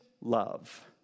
love